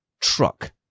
truck